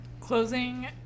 Closing